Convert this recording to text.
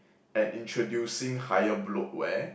and introducing higher bloatware